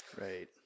Right